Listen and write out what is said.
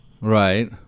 Right